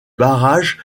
barrage